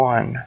One